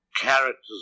characters